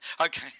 okay